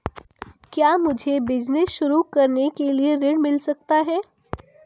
क्या मुझे बिजनेस शुरू करने के लिए ऋण मिल सकता है?